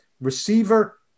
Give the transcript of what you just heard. receiver